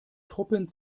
truppen